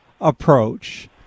approach